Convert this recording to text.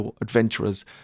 adventurers